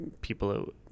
people